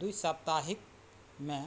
दुइ साप्ताहिकमे